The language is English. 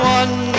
one